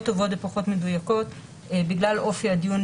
טובות ופחות מדויקות בגלל אופי הדיון,